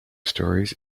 stories